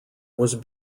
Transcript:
was